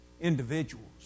Individuals